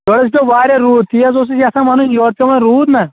یورٕ حظ پیوٚو واریاہ روٗد تی حظ اوسُس یژھان وَنُن یورٕ پیوٚو وۄنۍ روٗد نہ